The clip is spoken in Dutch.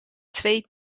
twee